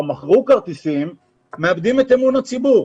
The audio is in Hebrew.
מכרו כרטיסים מאבדים את אמון הציבור.